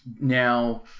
now